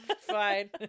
Fine